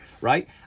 right